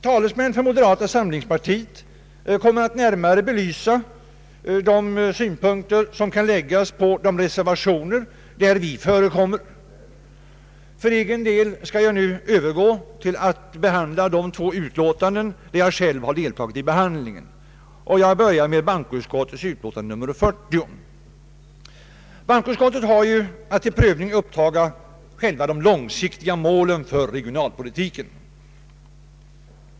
Talesmän för moderata samlingspartiet kommer att närmare belysa de synpunkter som kan läggas på de reservationer som vårt parti biträder. Själv skall jag övergå till att kommentera de två utlåtanden där jag har deltagit i utskottsbehandlingen. Jag börjar med bankoutskottets utlåtande nr 40. Bankoutskottet har ju att till prövning uppta de långsiktiga målen för regionalpolitiken.